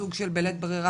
סוג של בלית ברירה,